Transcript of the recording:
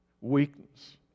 Weakness